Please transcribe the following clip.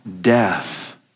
death